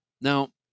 Now